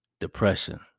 depression